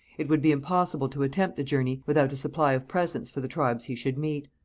it would be impossible to attempt the journey without a supply of presents for the tribes he should meet.